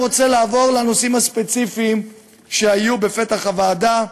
רוצה לעבור לנושאים הספציפיים שהיו לפתח הוועדה,